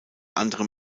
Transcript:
anderem